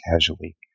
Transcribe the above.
casually